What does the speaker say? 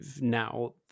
now